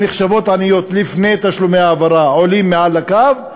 שנחשבו עניות לפני תשלומי ההעברה עולות מעל הקו,